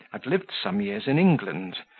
had lived some years in england,